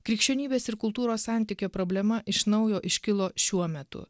krikščionybės ir kultūros santykio problema iš naujo iškilo šiuo metu